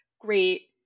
great